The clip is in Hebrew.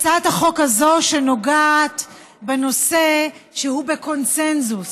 הצעת חוק שנוגעת בנושא שהוא בקונסנזוס,